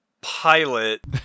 pilot